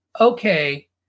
okay